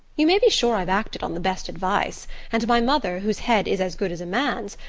you may be sure i've acted on the best advice and my mother, whose head is as good as a man's,